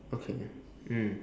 okay mm